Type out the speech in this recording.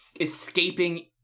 escaping